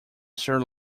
sir